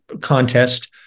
contest